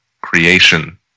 creation